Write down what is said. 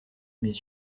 mes